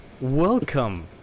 welcome